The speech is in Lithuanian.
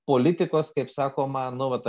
politikos kaip sakoma nu vat